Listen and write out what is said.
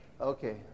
Okay